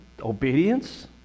obedience